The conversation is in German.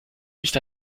nicht